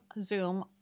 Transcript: Zoom